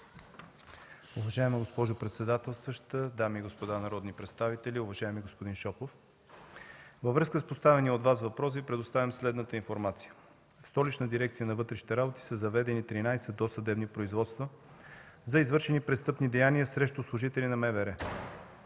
Уважаема госпожо председателстваща, дами и господа народни представители, уважаеми господин Шопов! Във връзка с поставения от Вас въпрос Ви предоставям следната информация. В Столичната дирекция на вътрешните работи са заведени 13 досъдебни производства за извършени престъпни деяния срещу служители на МВР.